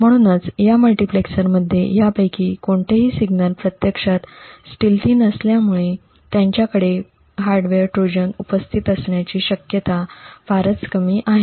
म्हणूनच या मल्टीप्लेक्सरमध्ये यापैकी कोणतेही सिग्नल प्रत्यक्षात स्टिल्टथि नसल्यामुळे त्यांच्यामध्ये हार्डवेअर ट्रोजन उपस्थित असण्याची शक्यता फारच कमी आहे